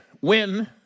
win